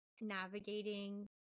navigating